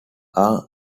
are